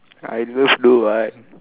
I love do what